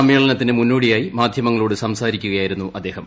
സമ്മേളനത്തിന് മുന്നോടിയായി മാധ്യമങ്ങളോട് സംസാരിക്കുകയാ യിരുന്നു അദ്ദേഹം